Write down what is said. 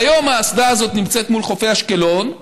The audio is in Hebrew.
והיום האסדה הזאת נמצאת מול חופי אשקלון,